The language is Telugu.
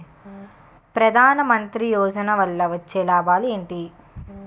ప్రధాన మంత్రి యోజన వల్ల వచ్చే లాభాలు ఎంటి?